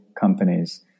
companies